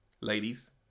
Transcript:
ladies